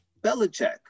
Belichick